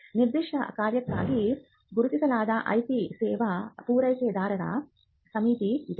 ನಿರ್ದಿಷ್ಟ ಕಾರ್ಯಕ್ಕಾಗಿ ಗುರುತಿಸಲಾದ IP ಸೇವಾ ಪೂರೈಕೆದಾರರ ಸಮಿತಿ ಇದೆ